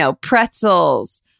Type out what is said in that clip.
pretzels